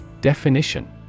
Definition